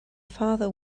father